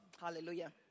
Hallelujah